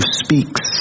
speaks